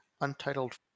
untitled